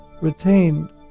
retained